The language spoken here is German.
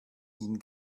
ihn